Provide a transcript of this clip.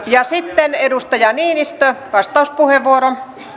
ja sitten edustaja niinistö vastauspuheenvuoro